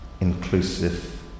inclusive